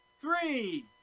Three